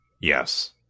Yes